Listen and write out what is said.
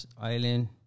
island